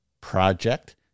project